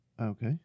Okay